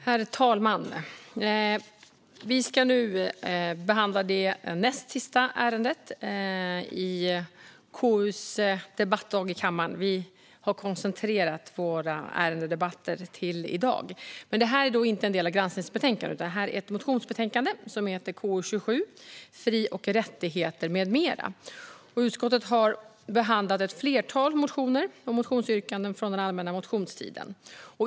Herr talman! Vi ska nu behandla det näst sista ärendet under KU:s debattdag i kammaren. Vi har koncentrerat våra ärendedebatter till i dag. Detta är dock inte en del av granskningsbetänkandet, utan det är ett motionsbetänkande som heter KU27 Fri och rättigheter , m.m. Utskottet har behandlat ett flertal motioner och motionsyrkanden från den allmänna motionstiden.